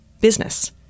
business